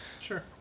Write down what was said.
sure